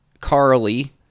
Carly